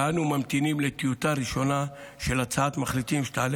ואנו ממתינים לטיוטה ראשונה של הצעת מחליטים שתעלה